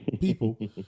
people